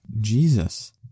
Jesus